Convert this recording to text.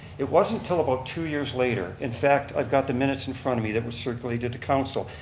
it wasn't till about two years later, in fact, i've got the minutes in front of me that were circulated to council.